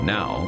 Now